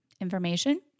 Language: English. information